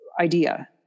idea